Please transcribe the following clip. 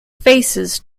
faces